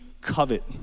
covet